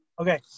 Okay